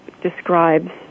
describes